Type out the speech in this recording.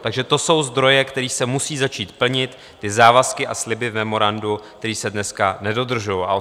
Takže to jsou zdroje, které se musí začít plnit, i závazky a sliby v memorandu, které se dneska nedodržují.